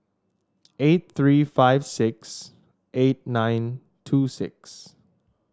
eight three five six eight nine two six